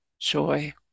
joy